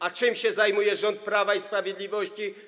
A czym się zajmuje rząd Prawa i Sprawiedliwości?